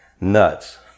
Nuts